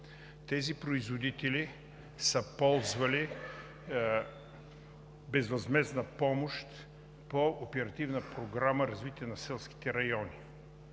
Тези производители са ползвали безвъзмездна помощ по Оперативна програма „Развитие на селските райони“